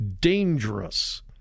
dangerous